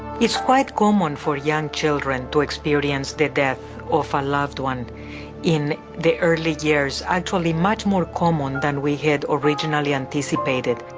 it's quite common for young children to experience the death of a loved one in the early years. actually, much more common than we had originally anticipated.